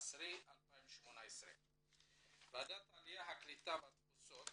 5/10/18. ועדת העלייה הקליטה והתפוצות